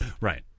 Right